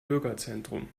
bürgerzentrum